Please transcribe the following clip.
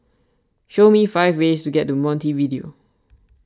show me five ways to get to Montevideo